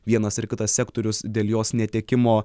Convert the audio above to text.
vienas ar kitas sektorius dėl jos netekimo